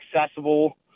accessible